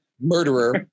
murderer